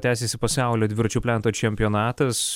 tęsiasi pasaulio dviračių plento čempionatas